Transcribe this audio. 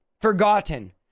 forgotten